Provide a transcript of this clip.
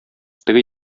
теге